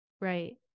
Right